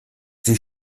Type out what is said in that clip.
die